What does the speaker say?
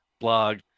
blog